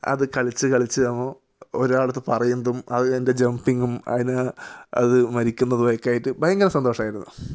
അത് കളിച്ച് കളിച്ച് ഒരാളുടെ അടുത്ത് പറയുന്നതും അതിൻ്റെ ജമ്പിങ്ങും അതിന് അത് മരിക്കുന്നതുമൊക്കെ ആയിട്ട് ഭയങ്കര സന്തോഷമായിരുന്നു